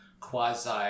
quasi